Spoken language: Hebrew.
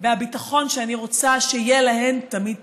והביטחון שאני רוצה שיהיה להן תמיד תמיד.